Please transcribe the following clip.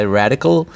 radical